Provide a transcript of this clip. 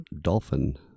Dolphin